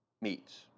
meets